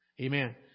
Amen